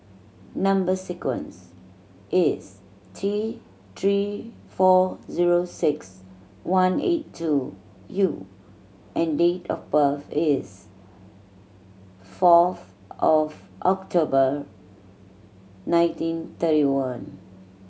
number sequence is T Three four zero six one eight two U and date of birth is fourth of October nineteen thirty one